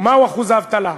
ומהו אחוז האבטלה?